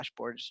dashboards